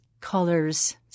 colors